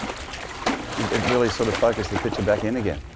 it really sort of focuses the picture back in again,